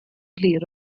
glir